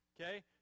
Okay